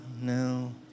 no